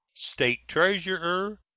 state treasurer,